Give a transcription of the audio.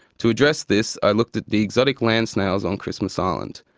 to address this i looked at the exotic land snails on christmas island,